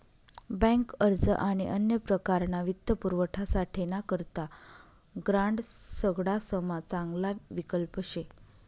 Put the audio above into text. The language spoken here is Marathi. बँक अर्ज आणि अन्य प्रकारना वित्तपुरवठासाठे ना करता ग्रांड सगडासमा चांगला विकल्प शे